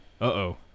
Uh-oh